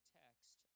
text